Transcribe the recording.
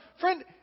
Friend